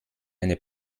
eine